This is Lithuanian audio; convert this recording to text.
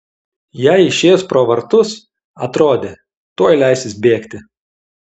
jai išėjus pro vartus atrodė tuoj leisis bėgti